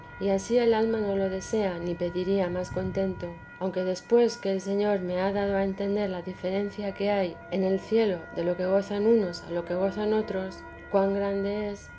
y ansí el alma no lo desea ni pediría más contento aunque después que el señor me ha dado a entender la diferencia que hay en el cielo de lo que gozan unos a lo que gozan otros cuan grande es bien